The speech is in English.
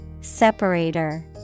Separator